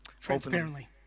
Transparently